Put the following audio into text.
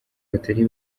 batari